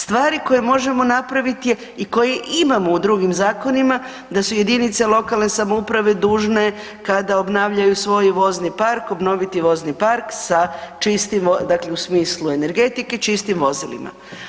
Stvari koje možemo napraviti i koje imamo u drugim zakonima da su jedinice lokalne samouprave dužne kada obnavljaju svoj vozni park, obnoviti vozni park sa čistim, dakle u smislu energetike, čistim vozilima.